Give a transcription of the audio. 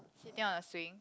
sitting on a swing